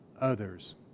others